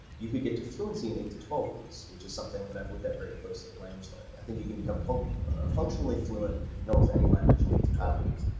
you could get to fluency in eight to twelve weeks, which is something that i've looked at very closely, language learning. i think you can become functionally fluent in almost any language in eight to twelve weeks.